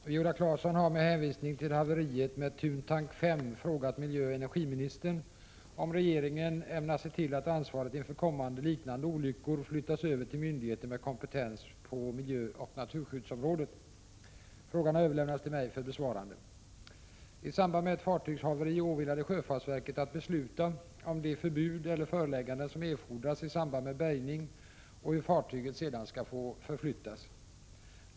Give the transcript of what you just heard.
Herr talman! Viola Claesson har med hänvisning till haveriet med Thuntank 5 frågat miljöoch energiministern om regeringen ämnar se till att ansvaret inför kommande liknande olyckor flyttas över till myndigheter med kompetens på miljöoch naturskyddsområdet. Frågan har överlämnats till mig för besvarande. I samband med ett fartygshaveri åvilar det sjöfartsverket att besluta om de förbud eller förelägganden som erfordras i samband med bärgning och hur fartyget sedan skall få förflyttas.